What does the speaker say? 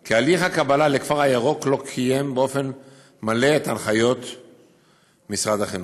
כי הליך הקבלה לכפר הירוק לא קיים באופן מלא את הנחיות משרד החינוך.